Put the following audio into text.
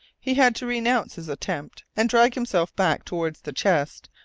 he had to renounce his attempt and drag himself back towards the chest,